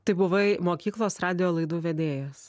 tai buvai mokyklos radijo laidų vedėjas